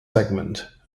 segment